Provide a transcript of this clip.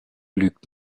lügt